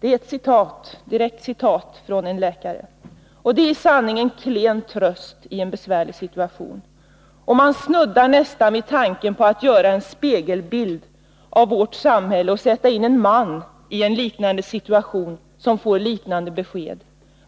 Det är ett direkt citat från en läkare. Och det är i sanning en klen tröst i en besvärlig situation. Man snuddar nästan vid tanken att göra en spegelbild av vårt samhälle och sätta in en man som får ett liknande besked i en liknande situation.